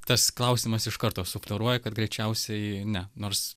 tas klausimas iš karto sufleruoja kad greičiausiai ne nors